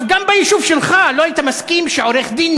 ביישוב שלך גם לא היית מסכים שעורך-דין